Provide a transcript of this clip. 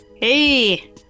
Hey